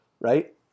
right